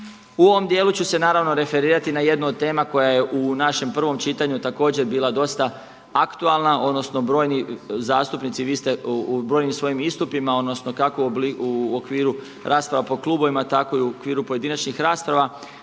U ovom djelu ću se naravno referirati na jednu od tema koja je u našem prvom čitanju također bila dosta aktualna, odnosno brojni zastupnici vi ste u brojnim svojim istupima odnosno kako u okviru rasprava po klubovima, tako i u okviru pojedinačnih rasprava